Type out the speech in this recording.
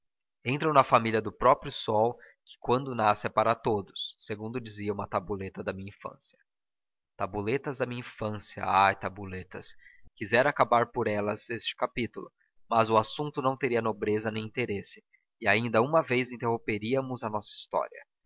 entram na família do próprio sol que quando nasce é para todos segundo dizia uma tabuleta da minha infância tabuletas da minha infância ai tabuletas quisera acabar por elas este capítulo mas o assunto não teria nobreza nem interesse e ainda uma vez interromperíamos a nossa história